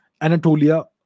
Anatolia